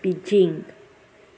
Beijing